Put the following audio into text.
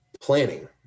planning